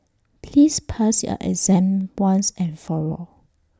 please pass your exam once and for all